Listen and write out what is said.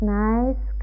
nice